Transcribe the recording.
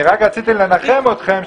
אני רק רציתי לנחם אתכם,